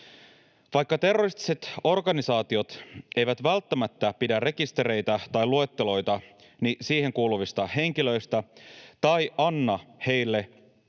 Vaikka terroristiset organisaatiot eivät välttämättä pidä rekistereitä tai luetteloita siihen kuuluvista henkilöistä tai anna organisaatioon